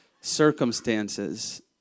circumstances